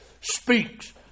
speaks